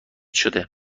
شده